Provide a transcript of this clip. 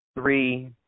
three